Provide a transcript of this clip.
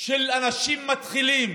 של אנשים מתחילים.